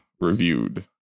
reviewed